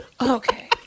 Okay